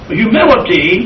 humility